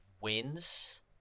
wins